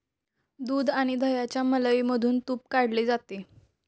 दूध आणि दह्याच्या मलईमधून तुप काढले जाते